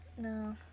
No